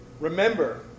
Remember